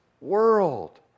world